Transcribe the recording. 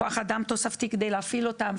כוח אדם תוספתי כדי להפעיל אותם,